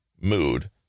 mood